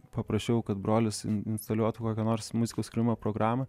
paprašiau kad brolis in instaliuotų kokią nors muzikos kūrimo programą